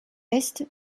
est